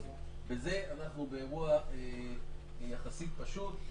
בזה אנחנו באירוע יחסית פשוט,